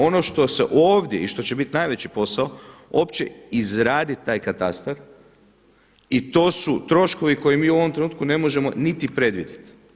Ono što se ovdje i što će biti najveći posao uopće izradit taj katastar i to su troškovi koje mi u ovom trenutku ne možemo niti predvidjeti.